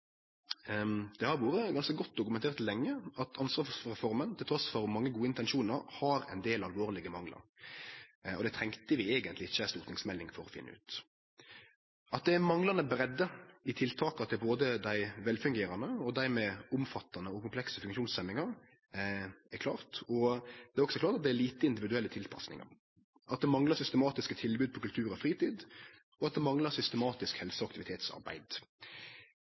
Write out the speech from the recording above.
Det har vore ganske godt dokumentert lenge at Ansvarsreforma, trass mange gode intensjonar, har ein del alvorlege manglar. Det trong vi eigentleg ikkje ei stortingsmelding for å finne ut. At det er manglande breidde i tiltaka for både dei vel fungerande og dei med omfattande og komplekse funksjonshemmingar, er klart. Det er også klart at det er få individuelle tilpassingar, at det manglar systematiske tilbod innan kultur og fritid, og at det manglar systematisk helse- og aktivitetsarbeid.